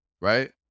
right